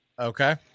Okay